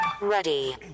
Ready